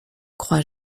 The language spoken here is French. croit